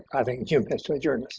i think jim has to adjourn this.